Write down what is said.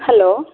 hello